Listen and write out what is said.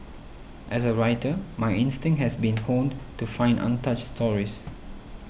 as a writer my instinct has been honed to find untouched stories